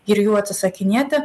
ir jų atsisakinėti